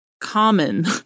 common